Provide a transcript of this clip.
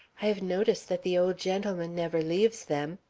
i have noticed that the old gentleman never leaves them.